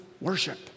Worship